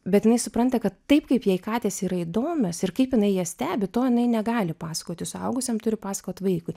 bet jinai supranta kad taip kaip jai katės yra įdomios ir kaip jinai jas stebi to jinai negali pasakoti suaugusiem turi pasakot vaikui